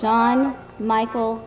john michael